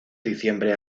diciembre